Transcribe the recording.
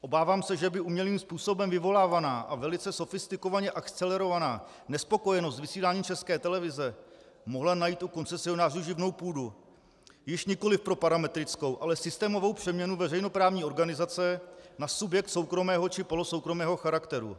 Obávám se, že by umělým způsobem vyvolávaná a velice sofistikovaně akcelerovaná nespokojenost s vysíláním České televize mohla najít u koncesionářů živnou půdu již nikoliv pro parametrickou, ale systémovou přeměnu veřejnoprávní organizace na subjekt soukromého či polosoukromého charakteru.